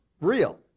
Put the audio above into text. real